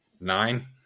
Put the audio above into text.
nine